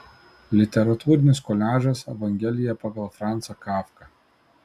literatūrinis koliažas evangelija pagal francą kafką